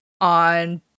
on